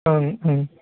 ओं ओं